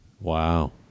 Wow